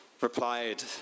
replied